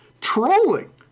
trolling